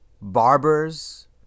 barbers